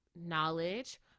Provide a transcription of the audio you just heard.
knowledge